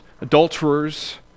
adulterers